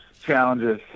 challenges